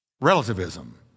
Relativism